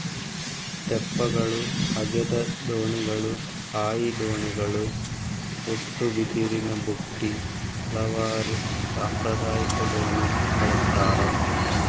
ತೆಪ್ಪಗಳು ಹಗೆದ ದೋಣಿಗಳು ಹಾಯಿ ದೋಣಿಗಳು ಉಟ್ಟುಬಿದಿರಿನಬುಟ್ಟಿ ಹಲವಾರು ಸಾಂಪ್ರದಾಯಿಕ ದೋಣಿ ಬಳಸ್ತಾರ